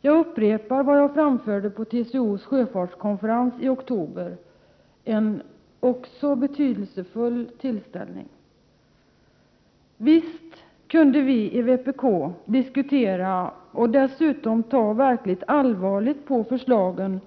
Jag upprepar vad jag framförde på TCO:s sjöfartskonferens i oktober — en betydelsefull tillställning: Visst kunde vi i vpk diskutera och dessutom ta allvarligt på förslagen